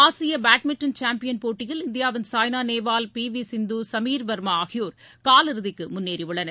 ஆசிய badminton champion போட்டியில் இந்தியாவின் சாய்னா நேவால் பி வி சிந்து சுமிர் வர்மா ஆகியோர் காலிறுதிக்கு முன்னேறி உள்ளனர்